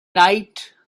night